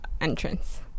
entrance